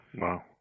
Wow